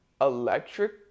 electric